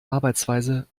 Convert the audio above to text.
arbeitsweise